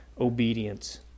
obedience